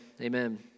amen